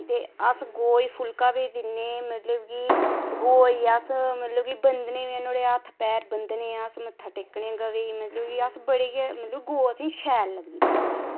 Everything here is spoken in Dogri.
ते अस गौऽ गी फुल्का बी दिन्ने मतलब कि गौऽ गी अस मतलब कि वंदने बी हैन अस पैर वंदने अस मत्था टेकने अस मतलब बड़ी गै मतलब कि